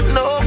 no